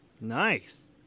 Nice